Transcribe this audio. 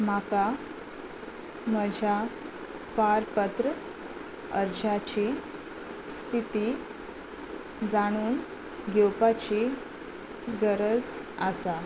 म्हाका म्हज्या पारपत्र अर्जाची स्थिती जाणून घेवपाची गरज आसा